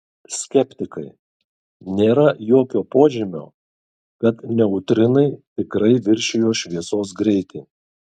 skeptikai nėra jokio požymio kad neutrinai tikrai viršijo šviesos greitį